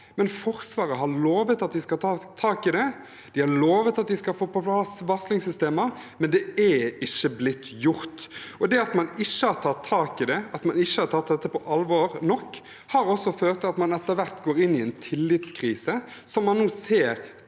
år. Forsvaret har lovet at de skal ta tak i det, de har lovet at de skal få på plass varslingssystemer, men det er ikke blitt gjort. Det at man ikke har tatt tak i det, at man ikke har tatt dette nok på alvor, har også ført til at man etter hvert går inn i en tillitskrise, som man nå ser